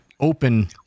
open